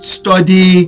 study